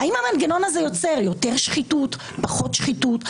האם המנגנון הזה יוצר יותר שחיתות, פחות שחיתות?